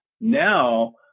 Now